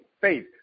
faith